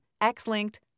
X-linked